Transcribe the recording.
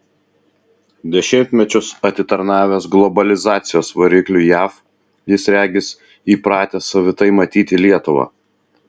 dešimtmečius atitarnavęs globalizacijos varikliui jav jis regis įpratęs savitai matyti lietuvą